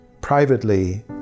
privately